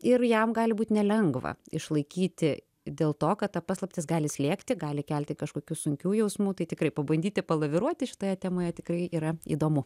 ir jam gali būt nelengva išlaikyti dėl to kad ta paslaptis gali slėgti gali kelti kažkokių sunkių jausmų tai tikrai pabandyti palaviruoti šitoje temoje tikrai yra įdomu